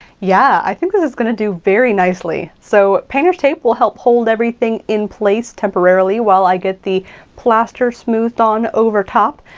yeah, i think this is gonna do very nicely. so painter's tape will help hold everything in place temporarily while i get the plaster smoothed on over top.